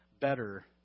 better